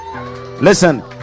listen